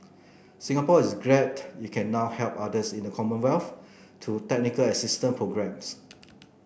Singapore is glad it can now help others in the commonwealth through technical assistance programmes